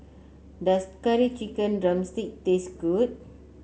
does Curry Chicken drumstick taste good